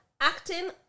acting